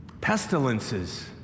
Pestilences